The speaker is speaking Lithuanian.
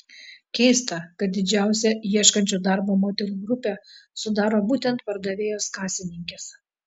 keista kad didžiausią ieškančių darbo moterų grupę sudaro būtent pardavėjos kasininkės